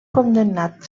condemnat